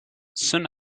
soon